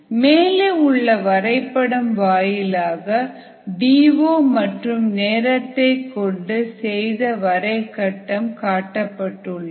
மேலே உள்ள வரைபடம் வாயிலாக டி ஓ மற்றும் நேரத்தை கொண்டு செய்த வரை கட்டம் காட்டப்பட்டுள்ளது